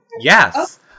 Yes